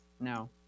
No